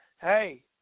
hey